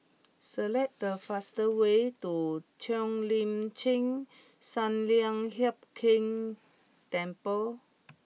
select the fast way to Cheo Lim Chin Sun Lian Hup Keng Temple